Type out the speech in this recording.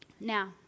Now